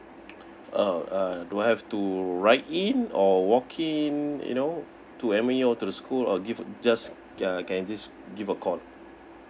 oh uh do I have to write in or walk in you know to M_O_E or to the school or give just uh can I just give a call